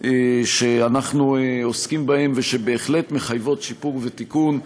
שאנחנו עוסקים בהן ושבהחלט מחייבות שיפור ותיקון,